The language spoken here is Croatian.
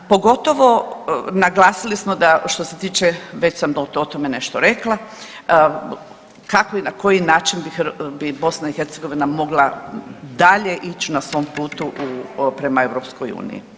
Pogotovo, naglasili smo, što se tiče, već sam o tome nešto rekla, kako i na koji način bi BiH mogla dalje ići na svom putu prema EU.